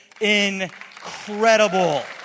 incredible